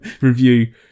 review